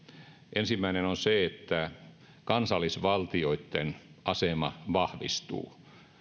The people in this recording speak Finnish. ensimmäinen on se että kansallisvaltioiden asema vahvistuu